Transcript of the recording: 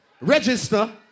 register